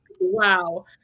Wow